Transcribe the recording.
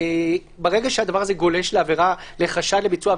ברגע שהדבר הזה גולש לחשד לביצוע של